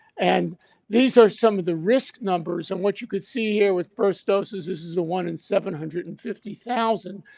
and these are some of the risk numbers and what you could see here with first doses, this is the one in seven hundred and fifty thousand.